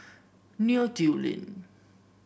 Neo Tiew Lane